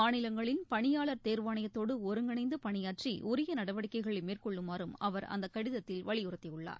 மாநிலங்களின் பணியாளர் தேர்வாணையத்தோடுஒருங்கிணைந்துபணியாற்றிஉரியநடவடிக்கைகளைமேற்கொள்ளுமாறும் அவர் அந்தகடிதத்தில் வலியுறுத்தியுள்ளார்